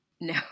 no